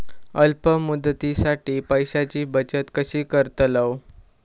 अल्प मुदतीसाठी पैशांची बचत कशी करतलव?